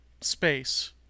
space